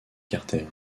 carter